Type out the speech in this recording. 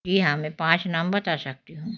जी हाँ मैं पाँच नाम बता सकती हूँ